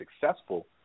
successful